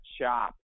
shop